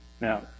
Now